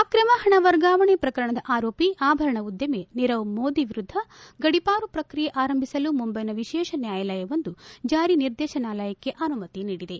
ಅಕ್ರಮ ಹಣ ವರ್ಗಾವಣೆ ಪ್ರಕರಣದ ಆರೋಪಿ ಆಭರಣ ಉದ್ಲಮಿ ನೀರವ್ ಮೋದಿ ವಿರುದ್ದ ಗಡಿಪಾರು ಪ್ರಕ್ರಿಯೆ ಆರಂಭಿಸಲು ಮುಂಬೈನ ವಿಶೇಷ ನ್ಯಾಯಾಲಯವೊಂದು ಜಾರಿ ನಿರ್ದೇತನಾಲಯಕ್ಕೆ ಅನುಮತಿ ನೀಡಿದೆ